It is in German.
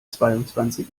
zweiundzwanzig